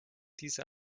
diese